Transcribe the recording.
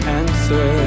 answer